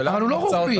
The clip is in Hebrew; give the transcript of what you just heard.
אבל הוא לא רוחבי.